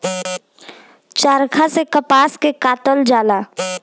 चरखा से कपास के कातल जाला